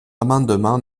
amendement